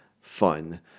fun